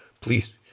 Please